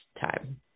time